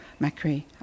Macri